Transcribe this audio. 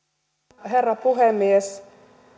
arvoisa herra puhemies